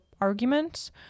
arguments